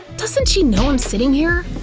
doesn't she know i'm sitting here?